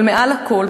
אבל מעל הכול,